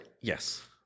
yes